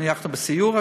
אנחנו בסיור,